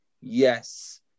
Yes